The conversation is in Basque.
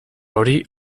hori